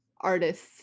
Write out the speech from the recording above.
artists